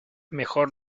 mejor